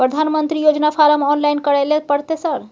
प्रधानमंत्री योजना form online करैले परतै सर?